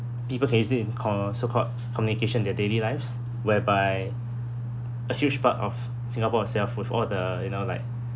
people has in co~ so-called communication in their daily lives whereby a huge part of singapore itself with all the you know like